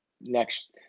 next